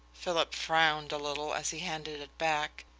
philip frowned a little as he handed it back.